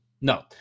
no